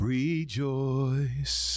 rejoice